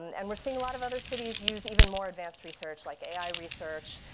and we're seeing a lot of other cities use even more advanced research. like ai research.